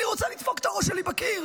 אני רוצה לדפוק את הראש שלי בקיר.